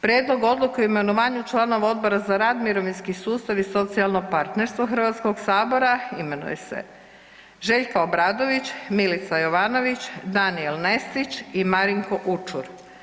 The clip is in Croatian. Prijedlog odluke o imenovanju članova Odbora za rad, mirovinski sustav i socijalno partnerstvo Hrvatskog sabora imenuje se Željka Obradović, Milica Jovanović, Danijel Nestić i Marinko Učur.